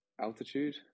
altitude